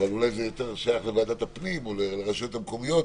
אולי זה יותר שייך לוועדת הפנים או לרשויות המקומיות,